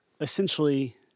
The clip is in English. essentially